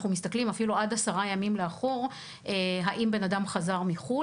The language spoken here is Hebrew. אנחנו מסתכלים אפילו עד עשרה ימים לאחור האם בן אדם חזר מחו"ל,